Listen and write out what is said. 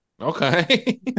Okay